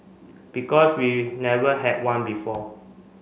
because we never had one before